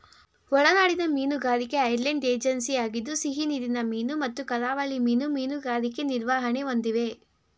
ಒಳನಾಡಿನ ಮೀನುಗಾರಿಕೆ ಐರ್ಲೆಂಡ್ ಏಜೆನ್ಸಿಯಾಗಿದ್ದು ಸಿಹಿನೀರಿನ ಮೀನು ಮತ್ತು ಕರಾವಳಿ ಮೀನು ಮೀನುಗಾರಿಕೆ ನಿರ್ವಹಣೆ ಹೊಂದಿವೆ